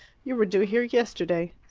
you were due here yesterday.